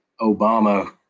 Obama